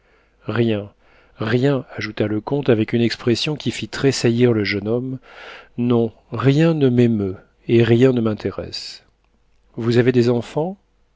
rien rien ajouta le comte avec une expression qui fit tressaillir le jeune homme non rien ne m'émeut et rien ne m'intéresse vous avez des enfants